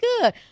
good